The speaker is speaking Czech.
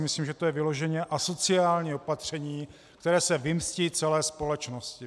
Myslím si, že to je vyloženě asociální opatření, které se vymstí celé společnosti.